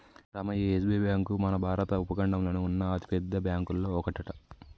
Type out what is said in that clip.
రామయ్య ఈ SBI bank మన భారత ఉపఖండంలోనే ఉన్న అతిపెద్ద బ్యాంకులో ఒకటట